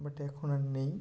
but এখন আর নেই